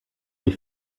des